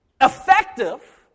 effective